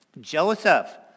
Joseph